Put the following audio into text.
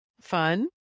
fun